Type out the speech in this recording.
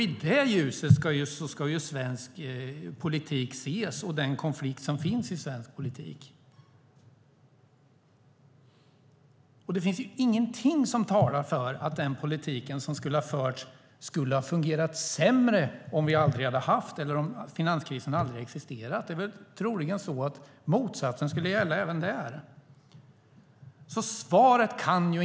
I detta ljus ska svensk politik och den konflikt som finns i svensk politik ses. Det finns inget som talar för att den politik som har förts skulle ha fungerat sämre om finanskrisen aldrig existerat. Motsatsen skulle troligen gälla även då.